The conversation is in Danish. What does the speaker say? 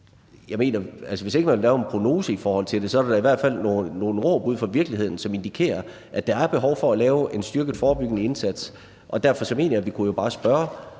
man ikke vil lave en prognose for det, er der i hvert fald nogle råb ude fra virkeligheden, som indikerer, at der er behov for at lave en styrket forebyggende indsats, og derfor mener jeg, at vi jo bare kunne